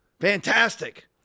fantastic